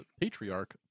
patriarch